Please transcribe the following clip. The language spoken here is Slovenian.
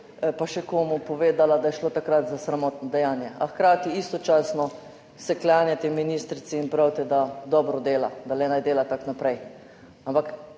pa še komu povedala, da je šlo takrat za sramotno dejanje, a hkrati istočasno sekljanje tej ministrici in pravite, da dobro dela, da le naj dela tako naprej. Ampak